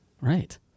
Right